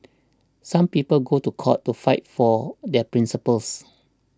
some people go to court to fight for their principles